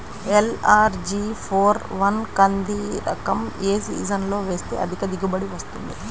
LRG four one కంది రకం ఏ సీజన్లో వేస్తె అధిక దిగుబడి వస్తుంది?